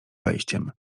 wejściem